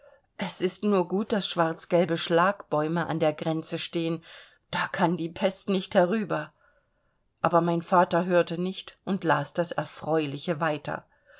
es ist nur gut daß schwarzgelbe schlagbäume an der grenze stehen da kann die pest nicht herüber aber mein vater hörte nicht und las das erfreuliche weiter